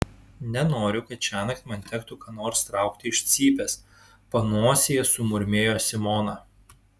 nenoriu kad šiąnakt man tektų ką nors traukti iš cypės panosėje sumurmėjo simona